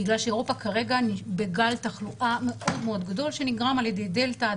בגלל שאירופה כרגע בגל תחלואה גדול מאוד שנגרם על ידי דלתא,